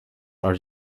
are